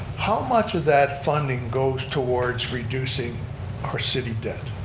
how much of that funding goes towards reducing our city debt?